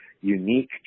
unique